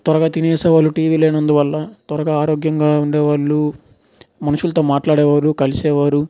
త్వరగా తినేసే వాళ్ళు టీవీ లేనందు వల్ల త్వరగా ఆరోగ్యంగా ఉండే వాళ్ళు మనుషులతో మాట్లాడేవారు కలిసే వారు